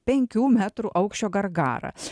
penkių metrų aukščio gargarą